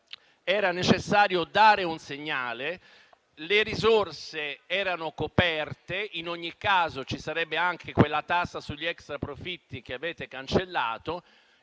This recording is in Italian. era necessario dare un segnale. Le risorse erano coperte. In ogni caso, ci sarebbe anche quella tassa sugli extraprofitti che avete cancellato.